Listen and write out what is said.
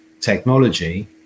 technology